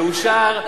יאושר,